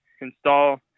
install